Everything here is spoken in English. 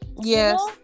yes